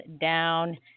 down